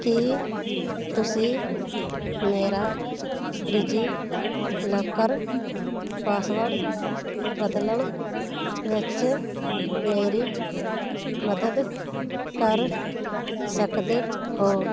ਕੀ ਤੁਸੀਂ ਮੇਰਾ DigiLocker password ਬਦਲਣ ਵਿੱਚ ਮੇਰੀ ਮਦਦ ਕਰ ਸਕਦੇ ਹੋ